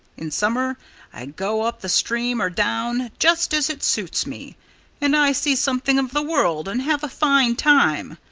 in summer i go up the stream, or down just as it suits me and i see something of the world and have a fine time.